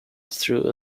through